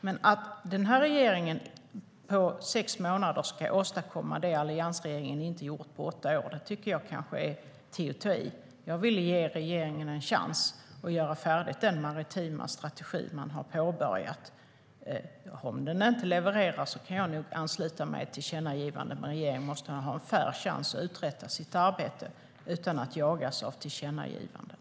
Men att regeringen på sex månader ska åstadkomma det som alliansregeringen inte gjorde på åtta år tycker jag kanske är att ta i lite.